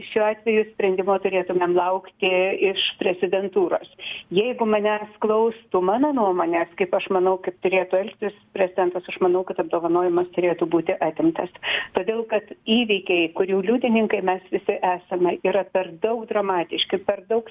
šiuo atveju sprendimo turėtumėm laukti iš prezidentūros jeigu manęs klaustų mano nuomonės kaip aš manau kaip turėtų elgtis prezidentas aš manau kad apdovanojimas turėtų būti atimtas todėl kad įvykiai kurių liudininkai mes visi esame yra per daug dramatiški per daug